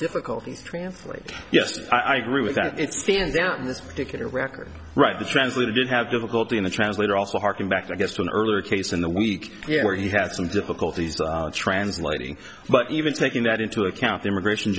difficulties translate yes i agree with that it stands out in this particular record right the translator did have difficulty in the translator also harking back i guess to an earlier case in the week where he had some difficulties translating but even taking that into account the immigration